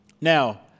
Now